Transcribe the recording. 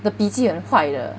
的脾气很坏的